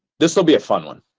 this will be a fun one.